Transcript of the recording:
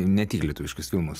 ne tik lietuviškus filmus